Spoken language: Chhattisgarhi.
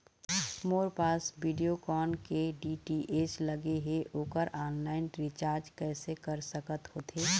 मोर पास वीडियोकॉन के डी.टी.एच लगे हे, ओकर ऑनलाइन रिचार्ज कैसे कर सकत होथे?